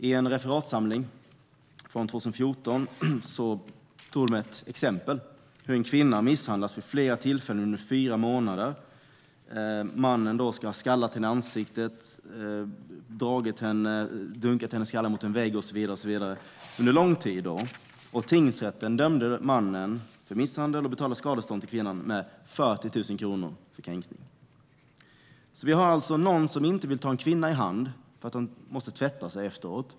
I en referatsamling från 2014 tog de ett exempel med en kvinna som hade misshandlats vid flera tillfällen under fyra månader. Mannen ska ha skallat henne i ansiktet, dunkat hennes skalle mot en vägg och så vidare under lång tid. Tingsrätten dömde mannen för misshandel och till att betala skadestånd till kvinnan med 40 000 kronor för kränkning. Vi har någon som inte vill ta en kvinna i hand för att han måste tvätta sig efteråt.